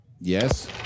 Yes